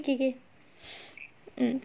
okay okay okay okay okay mm